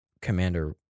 commander